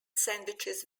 sandwiches